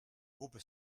groupe